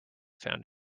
found